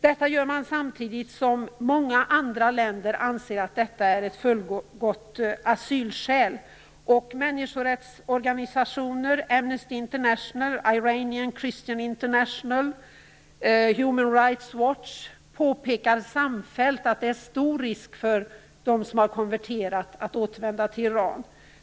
Detta gör man samtidigt som många andra länder anser att detta är ett fullgott asylskäl. Människorättsorganisationer, Amnesty International, Iranian Christian International och Human Rights Watch påpekar samfällt att det är stor risk för dem som har konverterat att återvända till Iran.